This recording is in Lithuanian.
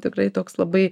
tikrai toks labai